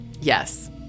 yes